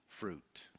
Fruit